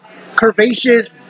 curvaceous